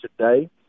today